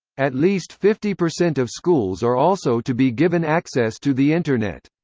at least fifty percent of schools are also to be given access to the internet.